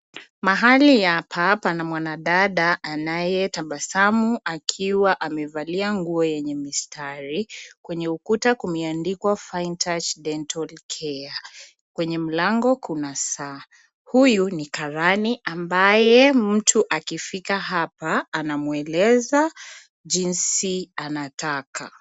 Mahali hapa pana wanadada anayetabasamu akiwa amevalia nguo yenye mistari. Kwenye ukuta kumeandikwa fine touch dental care, kwenye mlango kuna saa. Huyu ni karani ambaye mtu akifika hapa anamweleza jinsi anataka.